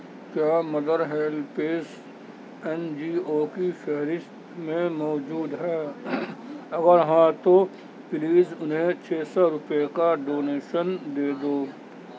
کیا mother helpers N G O کی فہرست میں موجود ہے اگر ہاں تو پلیز انہیں چھ سو روپے کا ڈونیشن دے دو